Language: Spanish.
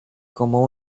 como